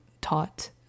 taught